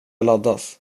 laddas